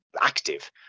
active